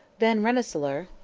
van rensselaer,